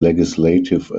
legislative